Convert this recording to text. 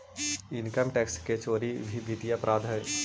income tax के चोरी भी वित्तीय अपराध हइ